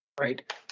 Right